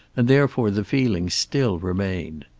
and therefore the feeling still remained.